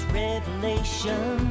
revelation